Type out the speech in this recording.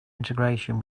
integration